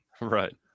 Right